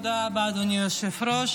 אדוני היושב-ראש.